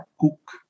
cook